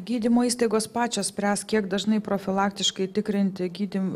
gydymo įstaigos pačios spręs kiek dažnai profilaktiškai tikrinti gydym